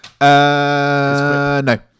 no